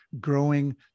growing